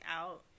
out